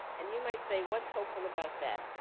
and you might say, what's helpful about that?